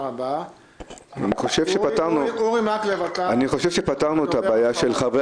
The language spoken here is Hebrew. אני חושב שפתרנו את הבעיה חברי